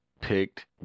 picked